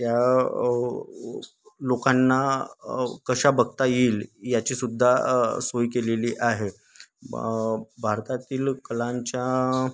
त्या लोकांना कशा बघता येईल याची सुद्धा सोय केलेली आहे भारतातील कलांच्या